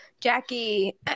Jackie